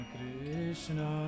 Krishna